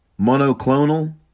monoclonal